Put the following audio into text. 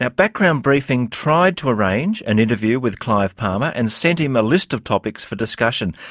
ah background briefing tried to arrange an interview with clive palmer and sent him a list of topics for discussion.